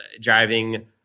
driving